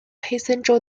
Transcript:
黑森州